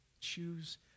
Choose